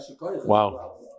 Wow